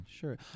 sure